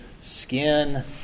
skin